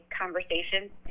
conversations